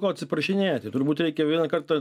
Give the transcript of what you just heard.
ko atsiprašinėti turbūt reikia vieną kartą